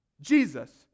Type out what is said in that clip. Jesus